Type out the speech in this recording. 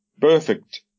perfect